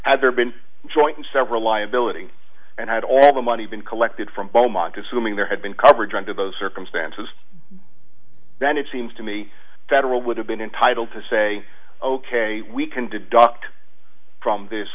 had there been joint and several liability and i had all of the money been collected from beaumont assuming there had been coverage under those circumstances then it seems to me federal would have been entitled to say ok we can deduct from this